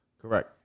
Correct